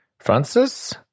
Francis